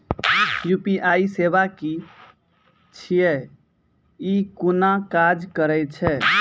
UPI सेवा की छियै? ई कूना काज करै छै?